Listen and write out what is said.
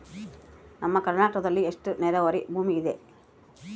ನಮ್ಮ ಕರ್ನಾಟಕದಲ್ಲಿ ಎಷ್ಟು ನೇರಾವರಿ ಭೂಮಿ ಇದೆ?